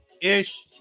Ish